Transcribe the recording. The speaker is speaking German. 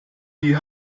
die